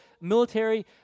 military